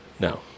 No